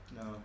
No